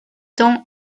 temps